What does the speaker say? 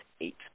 eight